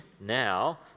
now